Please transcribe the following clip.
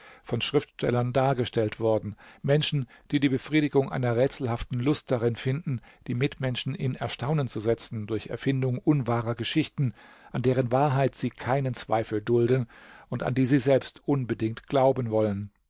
von schriftstellern dargestellt worden menschen die die befriedigung einer rätselhaften lust darin finden die mitmenschen in erstaunen zu setzen durch erfindung unwahrer geschichten an deren wahrheit sie keinen zweifel dulden und an die sie selbst unbedingt glauben wollen